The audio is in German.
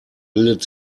bildet